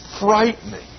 frightening